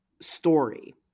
story